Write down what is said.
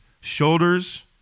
shoulders